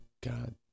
God